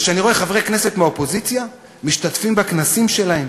וכשאני רואה חברי כנסת מהאופוזיציה משתתפים בכנסים שלהם,